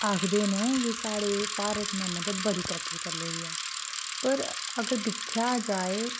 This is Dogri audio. आखदे न साढ़े भारत ने मतलब बड़ी तरक्की करी ले दी ऐ अगर दिक्खेआ जा ते